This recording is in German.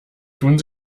tun